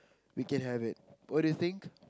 we can have it what do you think